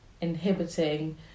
inhibiting